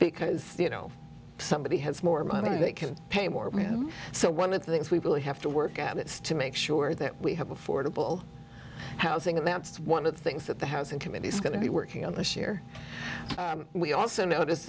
because you know somebody has more money they can pay more so one of the things we really have to work out it's to make sure that we have affordable housing and that's one of the things that the house and committee is going to be working on this year we also noticed